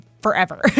forever